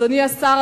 אדוני השר,